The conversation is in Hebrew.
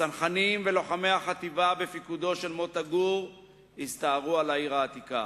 הצנחנים ולוחמי החטיבה בפיקודו של מוטה גור הסתערו על העיר העתיקה,